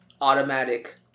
automatic